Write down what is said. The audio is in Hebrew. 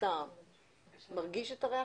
מעיריית הרצליה,